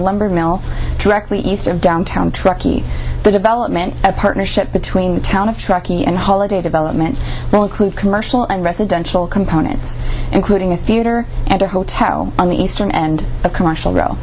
lumber mill directly east of downtown truckee the development of partnership between the town of truckee and holiday development will include commercial and residential components including a theater and a hotel on the eastern end of commercial r